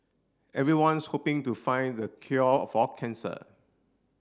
everyone's hoping to find the cure for cancer